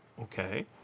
Okay